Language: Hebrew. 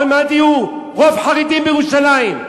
עוד מעט יהיה רוב חרדים בירושלים.